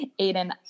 Aiden